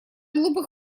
глупых